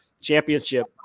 championship